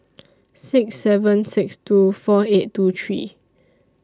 six seven six two four eight two three